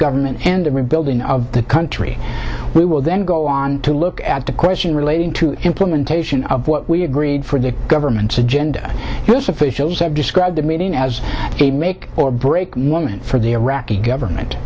government and the rebuilding of the country we will then go on to look at the question relating to implementation of what we agreed for the government's agenda this officials have described the meeting as a make or break moment for the iraqi government